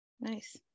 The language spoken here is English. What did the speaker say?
Nice